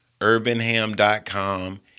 UrbanHam.com